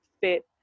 fit